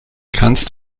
kannst